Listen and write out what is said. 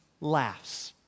laughs